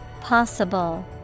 Possible